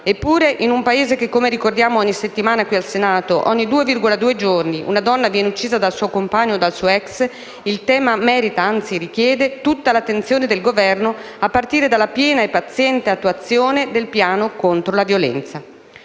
eppure, in un Paese in cui, come ricordiamo ogni settimana qui in Senato, ogni 2,2 giorni una donna viene uccisa dal suo compagno o dal suo ex, il tema merita, anzi richiede, tutta l'attenzione dell'Esecutivo a partire dalla piena e paziente attuazione del piano contro la violenza.